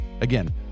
Again